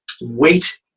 wait